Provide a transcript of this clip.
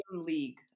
league